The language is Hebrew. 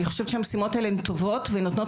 אני חושבת שהמשימות האלה הן טובות ונותנות